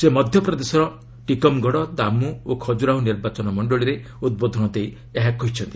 ସେ ମଧ୍ୟପ୍ରଦେଶର ଟିକମ୍ଗଡ଼ ଦାମୁ ଓ ଖକୁରାହୋ ନିର୍ବାଚନ ମଣ୍ଡଳୀରେ ଉଦ୍ବୋଧନ ଦେଇ ଏହା କହିଛନ୍ତି